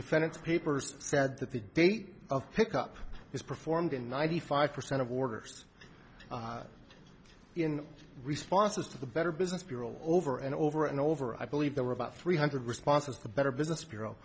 defendants papers said that the date of pickup is performed in ninety five percent of orders in responses to the better business bureau over and over and over i believe there were about three hundred responses the better business bureau